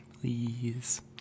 Please